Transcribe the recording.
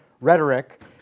rhetoric